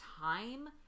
time